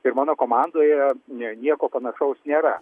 ir mano komandoje ne nieko panašaus nėra